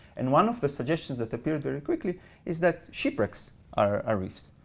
and one of the suggestions that appeared very quickly is that shipwrecks are reefs.